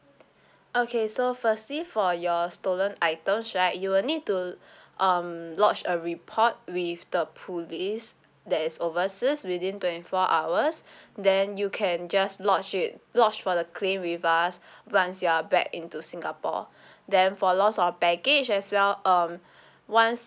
okay so firstly for your stolen items right you will need to um lodge a report with the police that is overseas within twenty four hours then you can just lodge it lodge for the claim with us once you are back into singapore then for loss of baggage as well um once